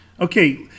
okay